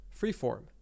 freeform